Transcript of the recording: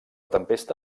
tempesta